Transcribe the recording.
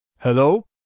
Hello